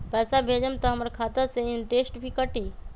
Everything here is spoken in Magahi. पैसा भेजम त हमर खाता से इनटेशट भी कटी?